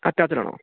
അറ്റാച്ച്ഡാണോ